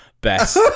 Best